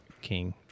king